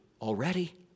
already